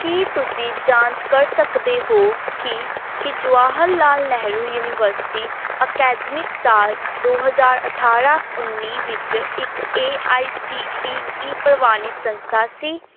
ਕੀ ਤੁਸੀਂ ਜਾਂਚ ਕਰ ਸਕਦੇ ਹੋ ਕਿ ਕੀ ਜਵਾਹਰ ਲਾਲ ਨਹਿਰੂ ਯੂਨੀਵਰਸਿਟੀ ਅਕੈਦਮਿਕ ਸਾਲ ਦੋ ਹਜ਼ਾਰ ਅਠਾਰਾਂ ਉੱਨੀ ਵਿੱਚ ਇੱਕ A I C T E ਪ੍ਰਵਾਨਿਤ ਸੰਸਥਾ ਸੀ